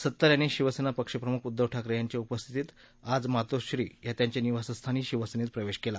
सत्तार यांनी शिवसेना पक्षप्रमुख उद्वव ठाकरे यांच्या उपस्थितीत आज मातोश्री या त्यांच्या निवासस्थानी शिवसेनेत प्रवेश केला